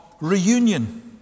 reunion